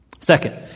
Second